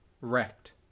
wrecked